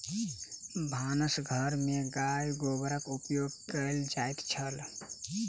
भानस घर में गाय गोबरक उपयोग कएल जाइत छल